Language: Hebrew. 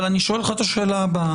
אבל אני שואל אותך את השאלה הבאה.